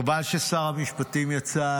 חבל ששר המשפטים יצא,